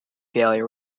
failure